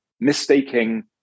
Mistaking